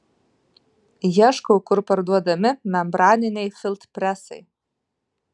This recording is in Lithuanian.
ieškau kur parduodami membraniniai filtrpresai